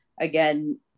again